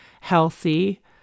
healthy